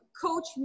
coach